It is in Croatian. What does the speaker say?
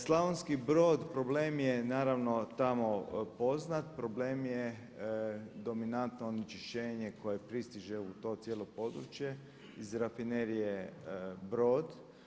Slavonski Brod problem je naravno tamo poznat, problem je dominantno onečišćenje koje pristiže u to cijelo područje iz rafinerije Brod.